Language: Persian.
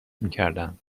میکردند